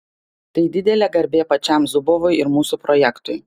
tai didelė garbė pačiam zubovui ir mūsų projektui